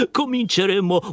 cominceremo